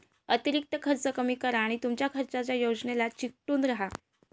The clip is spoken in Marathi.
अतिरिक्त खर्च कमी करा आणि तुमच्या खर्चाच्या योजनेला चिकटून राहा